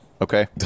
okay